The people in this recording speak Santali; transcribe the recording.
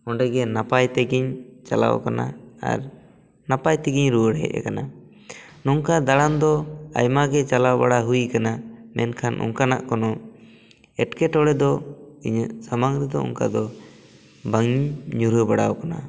ᱚᱰᱮ ᱜᱮ ᱱᱟᱯᱟᱭ ᱛᱮᱜᱮᱧ ᱪᱟᱞᱟᱣ ᱟᱠᱟᱱᱟ ᱟᱨ ᱱᱟᱯᱟᱭ ᱛᱮᱜᱮᱧ ᱨᱩᱭᱟᱹᱲ ᱦᱮᱡ ᱟᱠᱟᱱᱟ ᱱᱚᱝᱠᱟ ᱫᱟᱲᱟᱱ ᱫᱚ ᱟᱭᱢᱟ ᱜᱮ ᱪᱟᱞᱟᱣ ᱵᱟᱲᱟ ᱦᱩᱭ ᱟᱠᱟᱱᱟ ᱢᱮᱱᱠᱷᱟᱱ ᱚᱱᱠᱟᱱᱟᱜ ᱠᱳᱱᱳᱮᱴᱠᱮᱨᱚᱲᱮ ᱫᱚ ᱤᱧᱟᱹᱜ ᱥᱟᱢᱟᱝ ᱨᱮᱫᱚ ᱚᱱᱠᱟ ᱫᱚ ᱵᱟᱹᱧ ᱧᱩᱨᱦᱟᱹ ᱵᱟᱲᱟ ᱟᱠᱟᱱᱟ